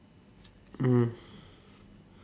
mm